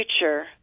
future